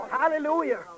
Hallelujah